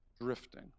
drifting